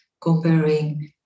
comparing